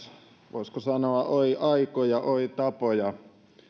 voisiko sanoa oi aikoja oi tapoja